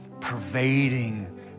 pervading